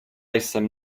jsem